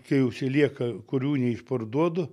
kai užsilieka kurių neišparduodu